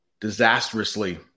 disastrously